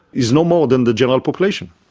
is no more than the general population.